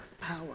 power